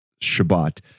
Shabbat